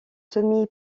semi